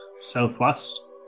southwest